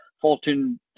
Fortune